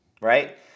right